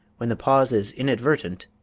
when the pause is inadvertent.